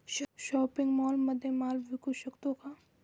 Shopping मॉलमध्ये माल विकू शकतो का?